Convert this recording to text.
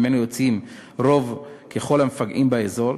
שממנו יוצאים רוב ככל המפגעים באזור,